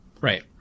Right